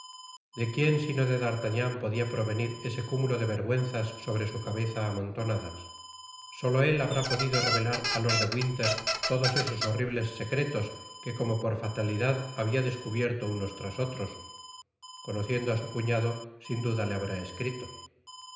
de quien si no de d'artagnan podia provenir ese cúmulo de vergüenzas sobre su cabeza amontonadas solo él habrá podido revelar á lord de winter todos esos horribles secretos que como por fatalidad habia descubierto unos tras otros conociendo á su cuñado sin duda le habrá escrito